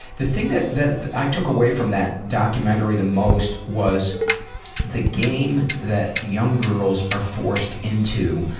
the thing that that i took away from that documentary the most was the game that young girls are forced into